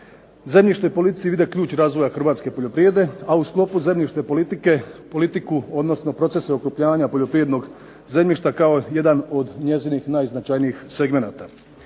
zemljišnoj politici vide ključ razvoja hrvatske poljoprivrede, a u sklopu zemljišne politike politiku odnosno procese okrupnjavanja poljoprivrednog zemljišta kao jedan od njezinih najznačajnijih segmenata.